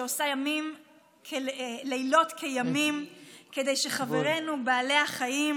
שעושה לילות כימים כדי שחברינו בעלי החיים